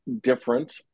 different